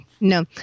No